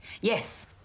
Yes